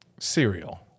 Cereal